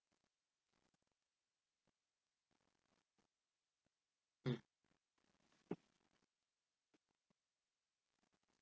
mm